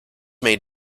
may